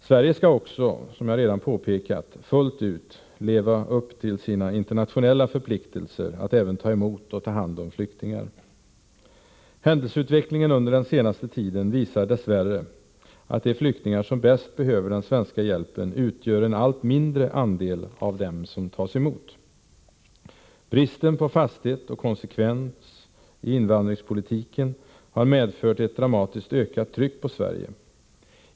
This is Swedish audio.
Sverige skall också, som jag redan påpekat, fullt ut leva upp till sina internationella förpliktelser att även ta emot och ta hand om flyktingar. Händelsutvecklingen under den senaste tiden visar dess värre att de flyktingar som bäst behöver den svenska hjälpen utgör en allt mindre andel av dem som tas emot. Bristen på fasthet och konsekvens i invandringspolitiken har medfört ett dramatiskt ökat tryck på Sverige.